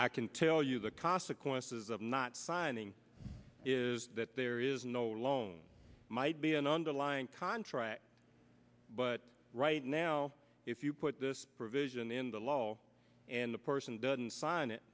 i can tell you the consequences of not signing is that there is no loan might be an underlying contract but right now if you put this provision in the law and person doesn't sign it